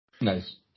Nice